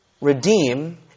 redeem